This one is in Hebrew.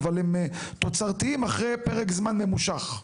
אבל הם תוצרתיים אחרי פרק זמן ממושך,